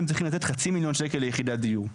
צריכים לתת חצי מיליון שקלים ליחידת דיור.